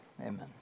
Amen